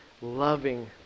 loving